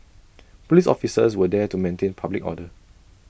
Police officers were there to maintain public order